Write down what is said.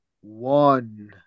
one